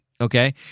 Okay